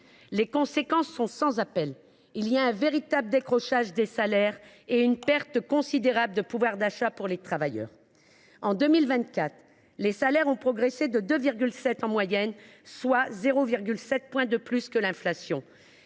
Les conséquences sont sans appel : on constate un véritable décrochage des salaires et une perte considérable de pouvoir d’achat des travailleurs. En 2024, les salaires ont progressé de 2,7 % en moyenne soit 0,7 point de plus que l’inflation.